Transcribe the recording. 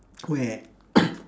where